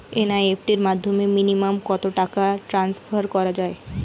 NEFT র মাধ্যমে minimum কত টাকা টান্সফার করা যায়?